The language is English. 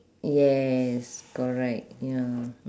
yes correct ya